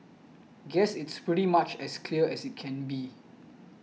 guess it's pretty much as clear as it can be